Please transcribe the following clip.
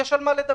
יש על מה לדבר,